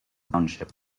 township